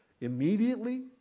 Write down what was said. Immediately